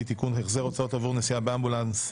(תיקון החזר הוצאות עבור נסיעה באמבולנס),